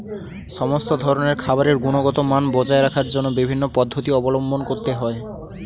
সমস্ত ধরনের খাবারের গুণগত মান বজায় রাখার জন্য বিভিন্ন পদ্ধতি অবলম্বন করতে হয়